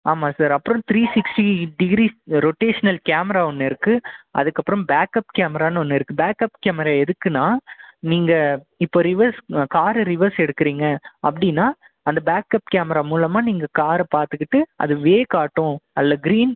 ஆமாம் சார் அப்புறம் three sixty degree rotational camera ஒன்று இருக்கு அதுக்கப்புறம் பேக்கப் கேமரான்னு ஒன்று இருக்கு பேக்கப் கேமரா எதுக்குனா நீங்க இப்ப ரிவர்ஸ் கார ரிவர்ஸ் எடுக்குறீங்க அப்டீன்னா அந்த பேக்கப் கேமரா மூலமாக நீங்கள் காரை பார்த்துக்கிட்டு அது வே காட்டும் அதில் கிரீன்